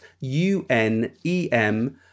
u-n-e-m